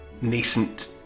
nascent